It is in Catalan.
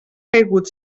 caigut